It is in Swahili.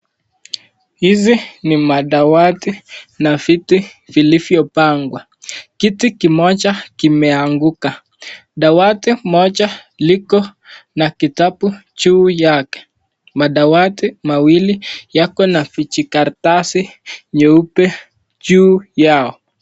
Hizi ni madawati na viti vilivyopangwa. Kiti kimoja kimeanguka. Dawati moja liko na kitabu juu yake. Madawati mawili yako na vijikaratasi nyeupe juu yao.